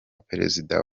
perezida